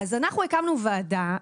אז אנחנו הקמנו ועדה,